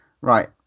right